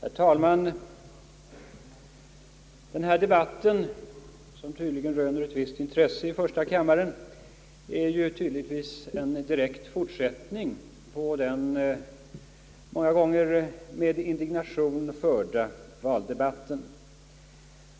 Herr talman! Den här debatten, som tydligen röner ett visst intresse, är uppenbarligen en direkt fortsättning på den ofta med indignation förda valdebatten.